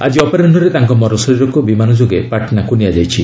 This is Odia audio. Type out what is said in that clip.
ଆଜି ଅପରାହ୍ରରେ ତାଙ୍କ ମରଶରୀରକୁ ବିମାନ ଯୋଗେ ପାଟନାକୁ ନିଆଯାଇଛି